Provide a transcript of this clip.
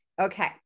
Okay